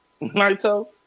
Naito